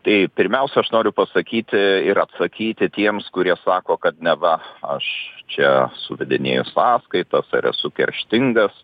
tai pirmiausia aš noriu pasakyti ir atsakyti tiems kurie sako kad neva aš čia suvedinėju sąskaitas ar esu kerštingas